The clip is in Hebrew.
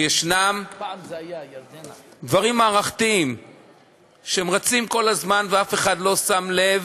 ישנם דברים מערכתיים שרצים כל הזמן ואף אחד לא שם לב,